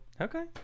okay